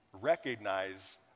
recognize